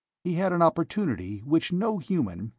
he had an opportunity which no human,